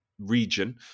region